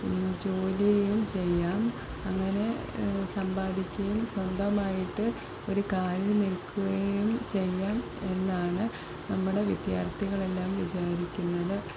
ജോലിയും ചെയ്യാം അങ്ങനെ സമ്പാദിക്കുകയും സ്വന്തമായിട്ട് ഒരു കാലിൽ നിൽക്കുകയും ചെയ്യാം എന്നാണ് നമ്മുടെ വിദ്യാർത്ഥികളെല്ലാം വിചാരിക്കുന്നത്